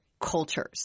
cultures